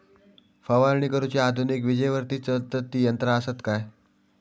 फवारणी करुची आधुनिक विजेवरती चलतत ती यंत्रा आसत काय?